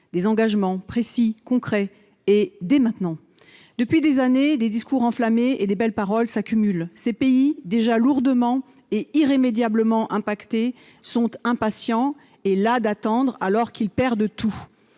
des engagements précis, concrets, dès maintenant. Depuis des années, discours enflammés et belles paroles s'accumulent. Ces pays, déjà lourdement et irrémédiablement affectés, sont impatients et las d'attendre, alors qu'ils perdent tout.